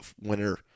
winner